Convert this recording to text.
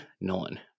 Nolan